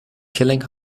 killing